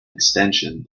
extension